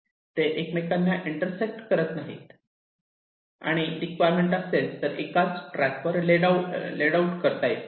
ते एकमेकांना इंटरसेक्ट करत नाही आणि रिक्वायरमेंट असेल तर एकाच ट्रॅक वर लेड आऊट करता येतील